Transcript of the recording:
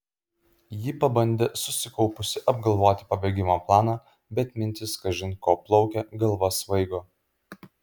ji pabandė susikaupusi apgalvoti pabėgimo planą bet mintys kažin ko plaukė galva svaigo